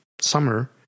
summer